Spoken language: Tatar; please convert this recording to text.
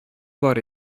бар